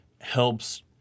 helps